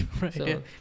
Right